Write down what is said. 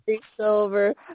Silver